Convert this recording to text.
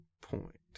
point